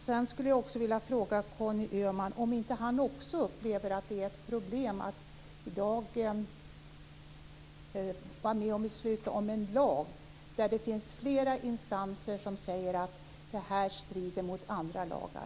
Jag skulle vilja fråga om inte också Conny Öhman upplever att det är ett problem att i dag vara med och besluta om en lag som flera instanser säger strider mot andra lagar.